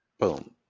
boom